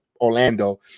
orlando